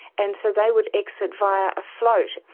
and so they would exit via a float.